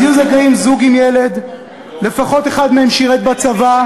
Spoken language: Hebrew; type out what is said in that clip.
אז יהיו זכאים זוג עם ילד שלפחות אחד מהם שירת בצבא,